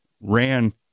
ran